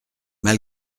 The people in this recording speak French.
mal